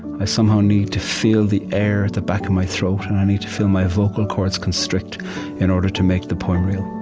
i somehow need to feel the air at the back of my throat, and i need to feel my vocal chords constrict in order to make the poem real